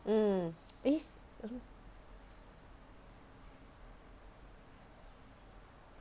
mm eh